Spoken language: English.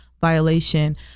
violation